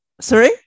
Sorry